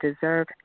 deserve